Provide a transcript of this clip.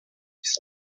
his